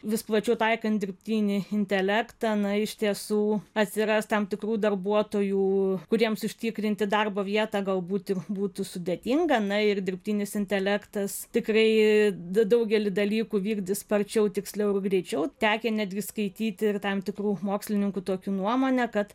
vis plačiau taikant dirbtinį intelektą na iš tiesų atsiras tam tikrų darbuotojų kuriems užtikrinti darbo vietą galbūt ir būtų sudėtinga na ir dirbtinis intelektas tikrai daugelį dalykų vykdys sparčiau tiksliau greičiau tekę netgi skaityti ir tam tikrų mokslininkų tokiu nuomonę kad